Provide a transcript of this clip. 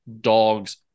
dogs